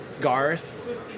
Garth